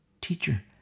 Teacher